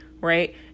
right